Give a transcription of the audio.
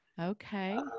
Okay